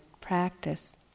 practice